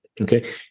Okay